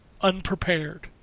unprepared